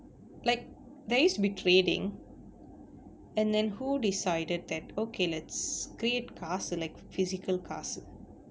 like there used to be trading and then who decided that okay let's create like physical